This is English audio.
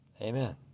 amen